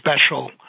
special